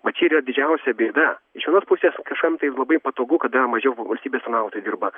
va čia yra didžiausia bėda iš vienos pusės kažkam tai labai patogu kada mažiau valstybės tarnautojų dirba